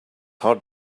heart